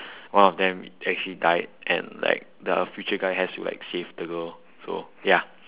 one of them actually died and like the future guy have to save the girl so ya